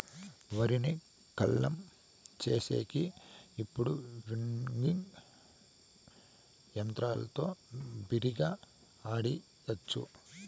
వరిని కల్లం చేసేకి ఇప్పుడు విన్నింగ్ యంత్రంతో బిరిగ్గా ఆడియచ్చు